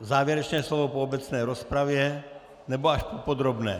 Závěrečné slovo po obecné rozpravě, nebo až po podrobné?